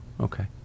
Okay